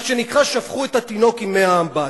מה שנקרא שפכו את התינוק עם מי האמבט.